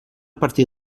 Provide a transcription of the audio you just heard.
partir